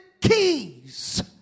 keys